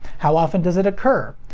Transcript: how often does it occur?